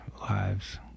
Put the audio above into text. lives